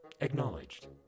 Acknowledged